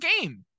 game